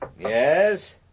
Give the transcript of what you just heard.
Yes